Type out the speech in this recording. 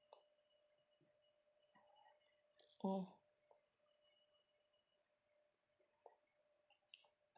mm